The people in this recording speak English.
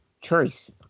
choice